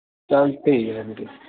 चल ठीक ऐ फिर